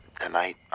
Tonight